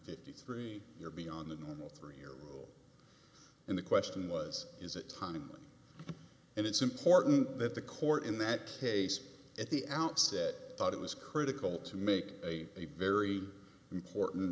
fifty three you're beyond the normal three here and the question was is it time and it's important that the court in that case at the outset thought it was critical to make a very important